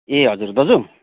ए हजुर दाजु